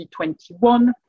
2021